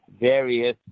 various